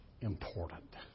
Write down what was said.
important